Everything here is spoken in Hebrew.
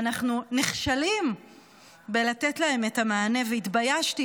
ואנחנו נכשלים בלתת להם את המענה, והתביישתי.